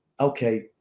Okay